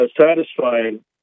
satisfying